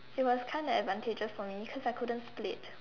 it was kind of advantageous for me cause I couldn't split